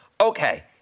okay